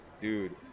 dude